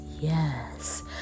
yes